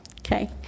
okay